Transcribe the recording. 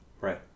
Right